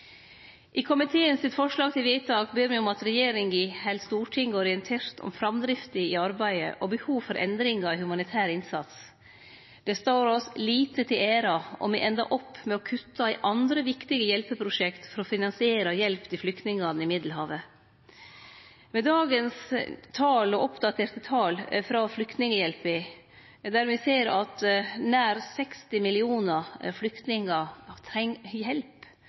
frå komiteen ber me om at regjeringa held Stortinget orientert om framdrifta i arbeidet og om behov for endringar i humanitær innsats. Det tener oss lite til ære om me endar opp med å kutte i andre viktige hjelpeprosjekt for å finansiere hjelp til flyktningane i Middelhavet. Med dagens oppdaterte tal frå Flyktninghjelpen, der me ser at nær 60 millionar flyktningar treng hjelp,